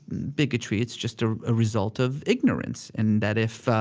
bigotry, it's just a ah result of ignorance and that if,